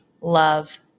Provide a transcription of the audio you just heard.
love